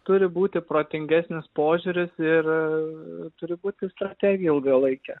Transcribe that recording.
turi būti protingesnis požiūris ir turi būti strategija ilgalaikė